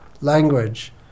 language